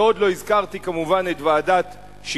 ועוד לא הזכרתי כמובן את ועדת-ששינסקי,